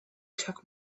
took